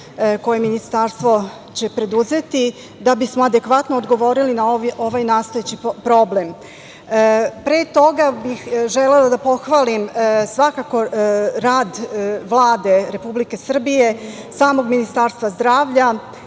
koje će ministarstvo preduzeti da bi smo adekvatno odgovorili na ovaj nastojeći problem. Pre toga bih želela da pohvalim svakako rad Vlade Republike Srbije, samog Ministarstva zdravlja,